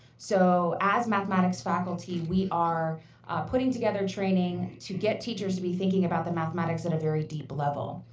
so as mathematics faculty, we are putting together training to get teachers to be thinking about the mathematics at a very deep level.